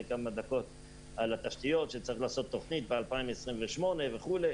שאמר שצריך לעשות תוכנית ב-2028 וכו'